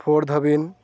four ᱫᱷᱟᱹᱵᱤᱱ